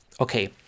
Okay